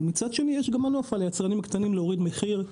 מצד שני יש מנוף על יצרנים קטנים להוריד מחיר.